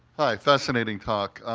hi. fascinating talk.